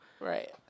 Right